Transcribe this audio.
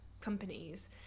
companies